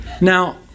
Now